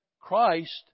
Christ